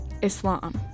Islam